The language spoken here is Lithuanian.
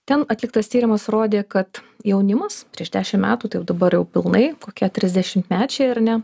ten atliktas tyrimas rodė kad jaunimas prieš dešimt metų tai jau dabar jau pilnai kokie trisdešimtmečiai ar ne